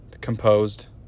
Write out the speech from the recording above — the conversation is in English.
composed